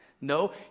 No